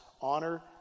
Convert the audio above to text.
honor